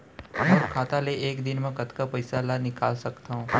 मोर खाता ले एक दिन म कतका पइसा ल निकल सकथन?